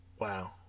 Wow